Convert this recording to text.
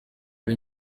ari